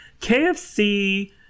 KFC